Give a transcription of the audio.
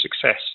success